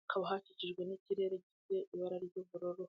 hakaba hakikijwe n'ikirere gifite ibara ry'ubururu.